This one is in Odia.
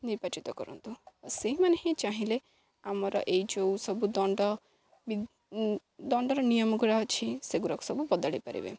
ନିର୍ବାଚିତ କରନ୍ତୁ ସେଇମାନେ ହିଁ ଚାହିଁଲେ ଆମର ଏଇ ଯୋଉ ସବୁ ଦଣ୍ଡ ବି ଦଣ୍ଡର ନିୟମ ଗୁଡ଼ା ଅଛି ସେଗୁଡ଼ାକ ସବୁ ବଦଳି ପାରିବେ